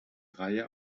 reihe